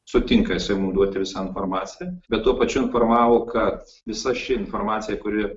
sutinka seimui duoti visą informaciją bet tuo pačiu informavo kad visa ši informacija kuri